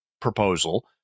proposal